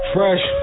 Fresh